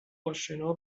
آشنا